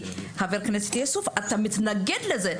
ידידי, חבר הכנסת יוסף, אתה מתנגד לזה.